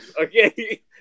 okay